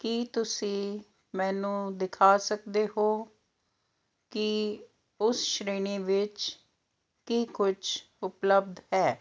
ਕੀ ਤੁਸੀਂ ਮੈਨੂੰ ਦਿਖਾ ਸਕਦੇ ਹੋ ਕਿ ਉਸ ਸ਼੍ਰੇਣੀ ਵਿੱਚ ਕੀ ਕੁਛ ਉਪਲੱਬਧ ਹੈ